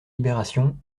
libération